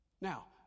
Now